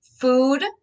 food